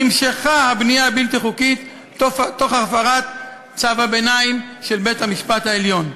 נמשכה הבנייה הבלתי-חוקית תוך הפרת צו הביניים של בית-המשפט העליון.